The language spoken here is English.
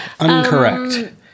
Incorrect